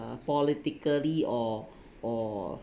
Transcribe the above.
uh politically or or